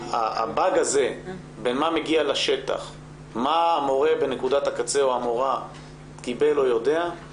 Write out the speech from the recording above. בין מה שמגיע לשטח ובין מה שמורה בנקודת הקצה מקבל או יודע.